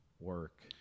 work